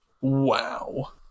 wow